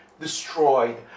destroyed